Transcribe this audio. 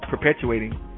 perpetuating